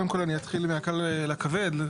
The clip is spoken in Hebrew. אתחיל מהקל אל הכבד,